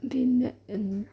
പിന്നെ എന്ന്